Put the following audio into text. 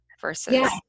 versus